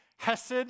Hesed